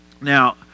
now